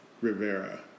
Rivera